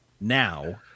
now